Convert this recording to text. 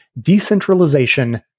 decentralization